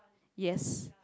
yes